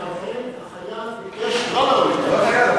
עכשיו קיבלתי אס.אם.אס שאכן החייל ביקש שלא להוריד.